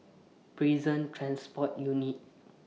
Prison Transport Unit